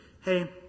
hey